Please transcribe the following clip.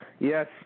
Yes